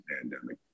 pandemic